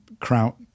kraut